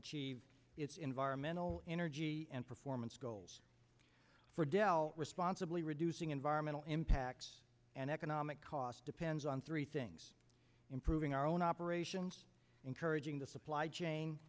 achieve its environmental energy and performance goals for dell responsibly reducing environmental impacts and economic cost depends on three things improving our own operations encouraging the supply chain